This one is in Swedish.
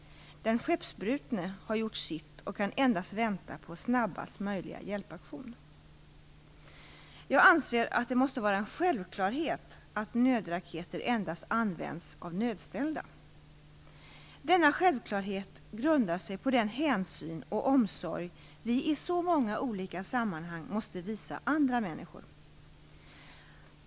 Den skeppsbrutne har gjort sitt och kan endast vänta på snabbast möjliga hjälpaktion." Jag anser att det måste vara en självklarhet att nödraketer endast används av nödställda. Denna självklarhet grundar sig på den hänsyn och omsorg vi i så många olika sammanhang måste visa andra människor.